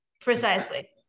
precisely